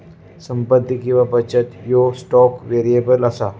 संपत्ती किंवा बचत ह्यो स्टॉक व्हेरिएबल असा